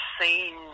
seen